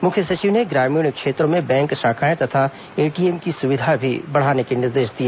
मुख्य सचिव ने ग्रामीण क्षेत्रों में बैंक शाखाएं तथा एटीएम की सुविधा भी बढ़ाए जाने के निर्देश दिए